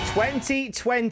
2020